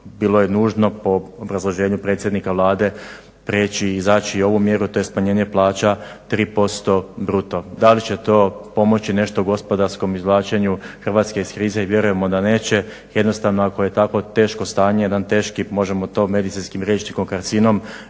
bilo je nužno po obrazloženju predsjednika Vlade prijeći i izaći ovu mjeru, to je smanjenje plaća 3% bruto. Da li će to pomoći nešto gospodarskom izvlačenju Hrvatske iz krize vjerujemo da neće. Jednostavno ako je tako teško stanje, jedan teški možemo to medicinskim rječnikom karcinom